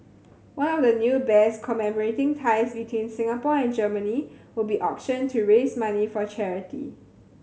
one of the new bears commemorating ties between Singapore and Germany will be auctioned to raise money for charity